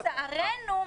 לצערנו,